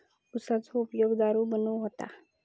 उसाचो उपयोग दारू बनवूक होता